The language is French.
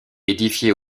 édifié